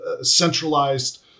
centralized